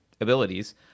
abilities